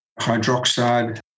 hydroxide